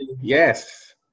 Yes